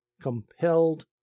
compelled